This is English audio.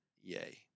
Yay